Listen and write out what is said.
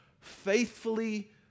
faithfully